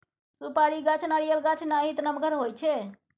सुपारी गाछ नारियल गाछ नाहित नमगर होइ छइ